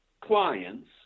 clients